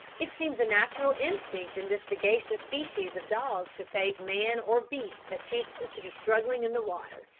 it seems a natural instinct in this sagacious species of dog to save man or beast that chances to be struggling in the water,